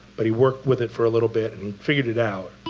but he worked with it for a little bit and figured it out.